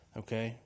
okay